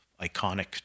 iconic